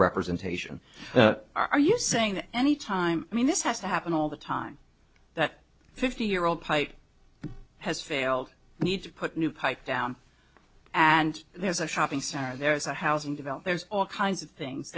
representation are you saying any time i mean this has to happen all the time that fifty year old pite has failed need to put new pipe down and there's a shopping center there's a housing develop there's all kinds of things